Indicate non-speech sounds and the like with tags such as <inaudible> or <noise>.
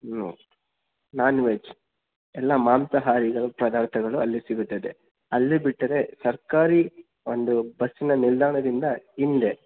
<unintelligible> non veg ಎಲ್ಲ ಮಾಂಸಹಾರಿಗಳು ಪದಾರ್ಥಗಳು ಅಲ್ಲಿ ಸಿಗುತ್ತದೆ ಅಲ್ಲಿ ಬಿಟ್ಟರೆ ಸರ್ಕಾರಿ ಒಂದು ಬಸ್ನ ನಿಲ್ದಾಣದಿಂದ ಹಿಂದೆ